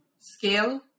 Scale